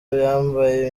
yambaye